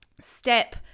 Step